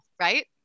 right